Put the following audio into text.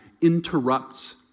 interrupts